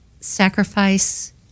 sacrifice